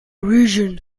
region